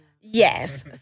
Yes